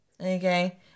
okay